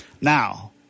Now